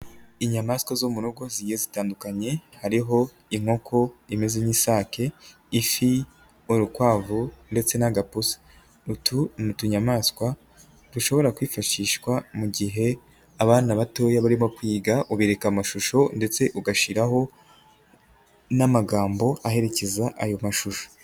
Inyamaswa zo mu rugo zigiye zitandukanye, hariho inkoko imeze nk'isake, ifi ,urukwavu ndetse n'agapusi. Utu ni utunyamaswa dushobora kwifashishwa mu gihe abana batoya barimo kwiga, ubereka amashusho ndetse ugashiraho n'amagambo aherekeza ayo mashusho.